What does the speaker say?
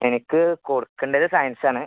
എനിക്ക് കൊടുക്കേണ്ടത് സയൻസ് ആണ്